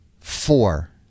four